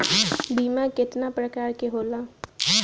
बीमा केतना प्रकार के होला?